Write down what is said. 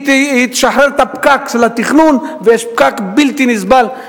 היא תשחרר את הפקק של התכנון, ויש פקק בלתי נסבל.